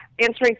answering